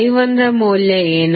I1 ಮೌಲ್ಯ ಏನು